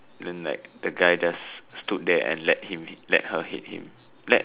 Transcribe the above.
then like the guy just stood there and let him let her hit him let